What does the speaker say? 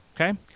Okay